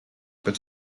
but